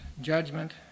judgment